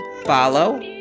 Follow